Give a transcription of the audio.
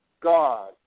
God